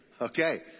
Okay